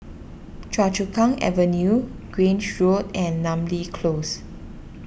Choa Chu Kang Avenue Grange Road and Namly Close